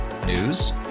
News